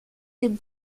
dem